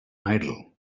idol